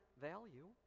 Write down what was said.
value